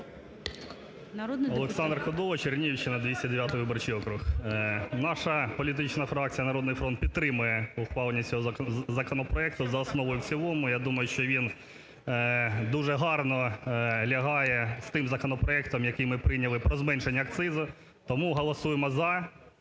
Олександр Кодола, Чернігівщина, 209 виборчий округ. Наша політична фракція "Народний фронт" підтримує ухвалення цього законопроекту за основу і в цілому. Я думаю, що він дуже гарно лягає з тим законопроектом, який ми прийняли, про зменшення акцизу. Тому голосуємо "за"